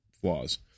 flaws